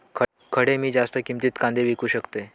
खडे मी जास्त किमतीत कांदे विकू शकतय?